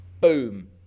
Boom